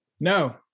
No